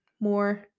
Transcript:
more